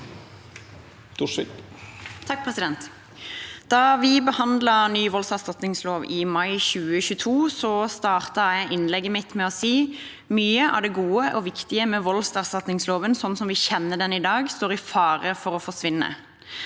Da vi be- handlet ny voldserstatningslov i mai 2022, startet jeg innlegget mitt med å si: «Mye av det gode og viktige ved voldsoffererstatningsloven slik vi kjenner den i dag, står i fare for å forsvinne.»